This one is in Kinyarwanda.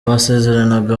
basezeranaga